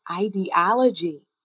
ideology